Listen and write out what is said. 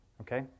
okay